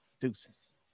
Deuces